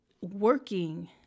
working